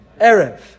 Erev